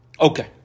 Okay